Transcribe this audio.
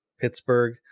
Pittsburgh